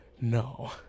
No